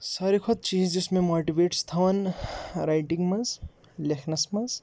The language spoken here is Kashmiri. ساروٕے کھۄتہٕ چیٖز یُس مےٚ ماٹِویٹ چھِ تھاوان رایٹِنٛگ منٛز لیکھنَس منٛز